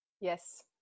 Yes